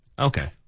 Okay